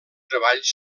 treballs